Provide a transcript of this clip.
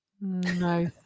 No